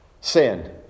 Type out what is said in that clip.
sin